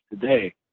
today